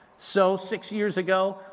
so, six years ago,